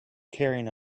carrying